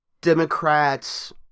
Democrats